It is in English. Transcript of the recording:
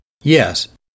Yes